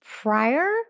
prior